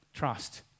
trust